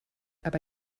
aber